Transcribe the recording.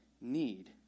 need